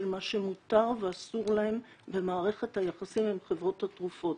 מה שמותר ואסור להם ומערכת היחסים עם חברות התרופות.